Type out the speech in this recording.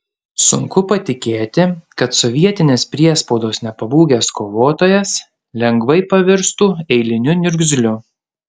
sunku patikėti kad sovietinės priespaudos nepabūgęs kovotojas lengvai pavirstų eiliniu niurgzliu